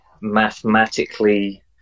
mathematically